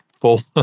full